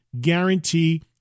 guarantee